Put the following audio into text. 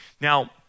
Now